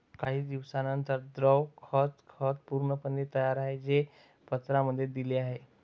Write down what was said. काही दिवसांनंतर, द्रव खत खत पूर्णपणे तयार आहे, जे पत्रांमध्ये दिले आहे